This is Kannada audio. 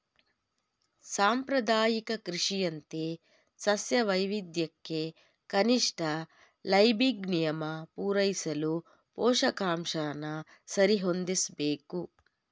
ಸಾಂಪ್ರದಾಯಿಕ ಕೃಷಿಯಂತೆ ಸಸ್ಯ ವೈವಿಧ್ಯಕ್ಕೆ ಕನಿಷ್ಠ ಲೈಬಿಗ್ ನಿಯಮ ಪೂರೈಸಲು ಪೋಷಕಾಂಶನ ಸರಿಹೊಂದಿಸ್ಬೇಕು